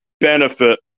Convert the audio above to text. benefit